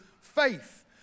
faith